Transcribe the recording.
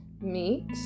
meet